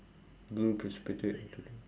blue precipitate